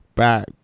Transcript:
back